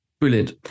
brilliant